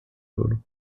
ouro